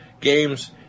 games